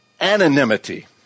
anonymity